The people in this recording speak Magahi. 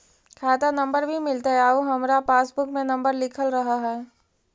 खाता नंबर भी मिलतै आउ हमरा पासबुक में नंबर लिखल रह है?